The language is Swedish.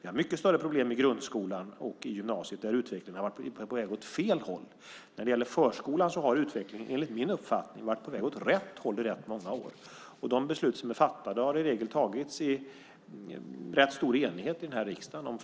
Vi har mycket större problem i grundskolan och i gymnasiet där utvecklingen har varit på väg åt fel håll. När det gäller förskolan har utvecklingen, enligt min uppfattning, varit på väg åt rätt håll i ganska många år. De beslut som är fattade om förskolans utveckling har i regel tagits i rätt stor enighet i den här riksdagen.